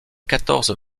quatorze